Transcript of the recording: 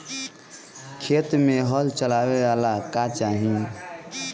खेत मे हल चलावेला का चाही?